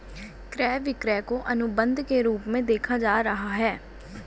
क्रय विक्रय को अनुबन्ध के रूप में देखा जाता रहा है